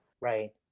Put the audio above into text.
right